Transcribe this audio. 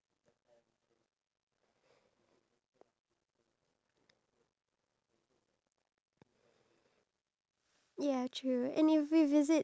you were born to stand out so what he did was he actually stand out he stood out and he took the different inform~ interesting facts of